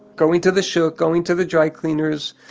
going to the shuk, going to the dry cleaners,